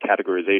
categorization